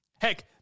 Heck